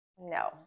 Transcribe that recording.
No